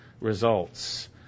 results